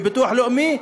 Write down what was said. לביטוח לאומי,